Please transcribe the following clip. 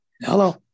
Hello